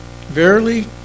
Verily